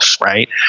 right